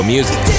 Music